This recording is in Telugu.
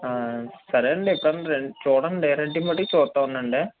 సరే అండి ఎప్పుడన్న రండ్ చూడండి వెరైటీ మటుకు చూస్తు ఉండండి